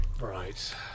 Right